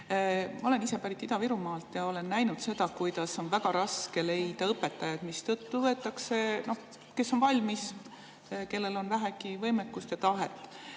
Ma olen ise pärit Ida-Virumaalt ja olen näinud seda, kuidas on väga raske leida õpetajaid, mistõttu võetakse see, kes on valmis, kellel on vähegi võimekust ja tahet.